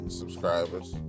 subscribers